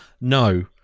no